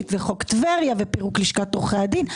וחוק טבריה ופירוק לשכת עורכי הדין.